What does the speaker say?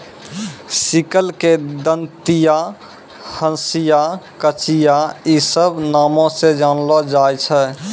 sickle के दंतिया, हंसिया, कचिया इ सभ नामो से जानलो जाय छै